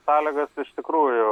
sąlygos iš tikrųjų